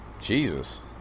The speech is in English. jesus